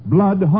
Blood